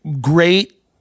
great